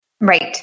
Right